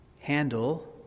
handle